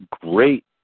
Great